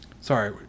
sorry